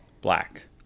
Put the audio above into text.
black